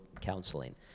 counseling